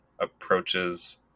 approaches